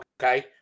Okay